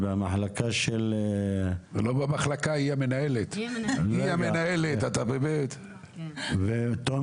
לפני שאני נותן לך את רשות הדיבור אני